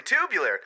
tubular